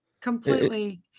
Completely